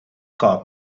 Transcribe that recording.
cor